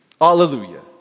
Hallelujah